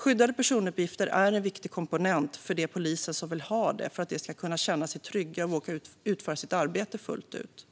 Skyddade personuppgifter är en viktig komponent för de poliser som vill ha det för att de ska kunna känna sig trygga och våga utföra sitt arbete fullt ut.